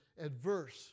adverse